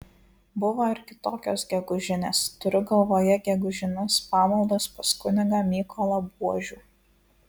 buvo ir kitokios gegužinės turiu galvoje gegužines pamaldas pas kunigą mykolą buožių